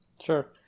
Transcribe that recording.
Sure